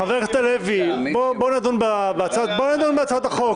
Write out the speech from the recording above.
חבר הכנסת הלוי, בוא נדון בהצעת החוק.